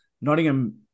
Nottingham